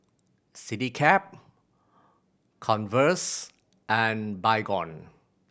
Citycab Converse and Baygon